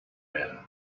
man